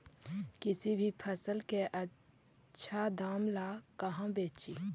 किसी भी फसल के आछा दाम ला कहा बेची?